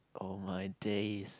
oh my days